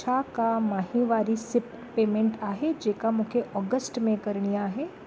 छा का माहिवारी सिप पेमेंट आहे जेका मूंखे अगस्त में करिणी आहे